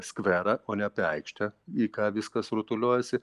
skverą o ne apie aikštę į ką viskas rutuliojasi